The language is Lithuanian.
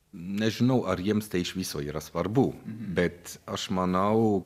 nežinau ar jiems tai iš viso yra svarbu bet aš manau